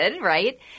right